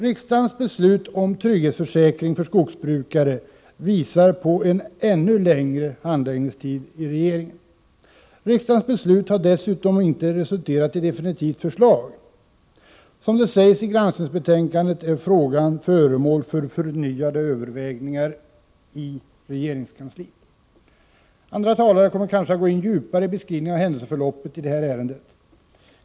Riksdagens beslut om trygghetsförsäkring för skogsbrukare visar på en ännu längre handläggningstid i regeringen. Riksdagens beslut har dessutom ännu inte resulterat i definitivt förslag. Som det sägs i granskningsbetänkandet, är frågan föremål för förnyade övervägningar i regeringskansliet. Andra talare kommer kanske att gå in djupare i beskrivningen av händelseförloppet i detta ärende.